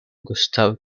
gustave